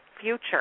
Future